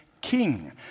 king